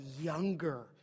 younger